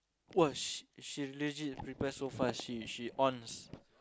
!wah! she she legit reply so fast she she on